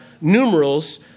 numerals